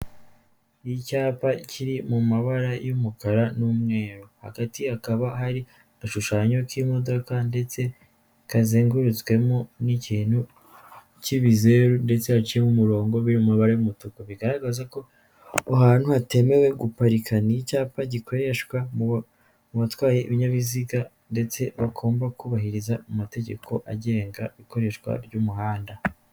Icyapa kiri mu mabara y'umukara n'umweru, hagati hakaba hari agashushanyo k'imodoka ndetse kazengurutswemo n'ikintu cy'ibizeru ndetse haciyemo umurongo biri mu mabara y'umutuku, bigaragaza ko aho hantu hatemewe guparika. Ni icyapa gikoreshwa mu batwaye ibinyabiziga ndetse bagomba kubahiriza amategeko agenga ikoreshwa ry'umuhanda.